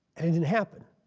and it didn't happen.